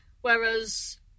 Whereas